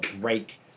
break